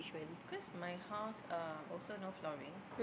cause my house uh also no flooring